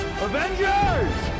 Avengers